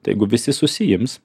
tegu visi susiims